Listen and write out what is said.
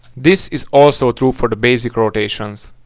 this is also true for basic rotations.